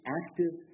active